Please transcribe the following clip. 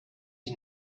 get